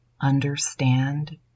understand